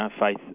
faith